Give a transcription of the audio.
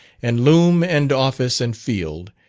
and loom, and office, and field,